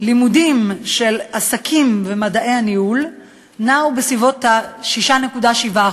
לימודים של עסקים ומדעי הניהול נעו בסביבות ה-6.7%,